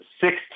six